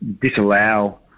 disallow